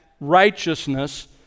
righteousness